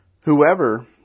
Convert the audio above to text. Whoever